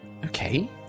Okay